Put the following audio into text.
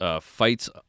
fights